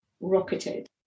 rocketed